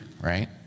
right